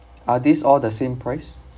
are these all the same price